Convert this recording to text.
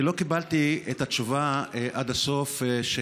אני לא קיבלתי עד הסוף את התשובה על